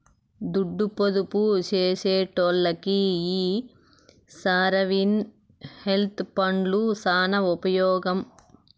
దుడ్డు పొదుపు సేసెటోల్లకి ఈ సావరీన్ వెల్త్ ఫండ్లు సాన ఉపమోగం